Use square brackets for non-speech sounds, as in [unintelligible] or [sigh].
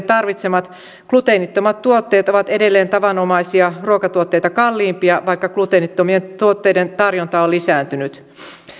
[unintelligible] tarvitsemat gluteenittomat tuotteet ovat edelleen tavanomaisia ruokatuotteita kalliimpia vaikka gluteenittomien tuotteiden tarjonta on lisääntynyt